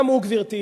גם הוא, גברתי,